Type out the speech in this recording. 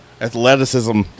athleticism